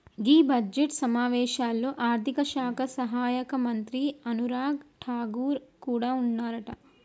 గీ budget సమావేశాల్లో ఆర్థిక శాఖ సహాయక మంత్రి అనురాగ్ ఠాగూర్ కూడా ఉన్నారట